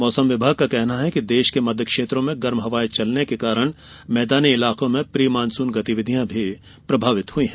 मौसम विभाग का कहना है कि देश के मध्य क्षेत्रों में गर्म हवाएं चलने के कारण मैदानी इलाकों में प्री मानसून गतिविधियां प्रभावित हुई हैं